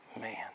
man